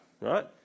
right